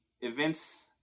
events